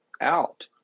out